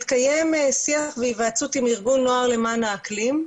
מתקיים שיח בהיוועצות עם ארגון נוער למען האקלים,